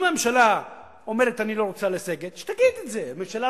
אם הממשלה אומרת: אני לא רוצה לסגת, שתגיד את זה.